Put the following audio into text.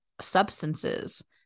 substances